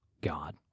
God